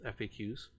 FAQs